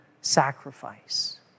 sacrifice